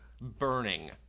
burning